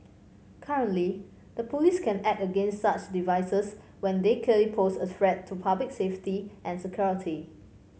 currently the police can act against such devices when they clearly pose a threat to public safety and security